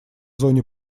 зоне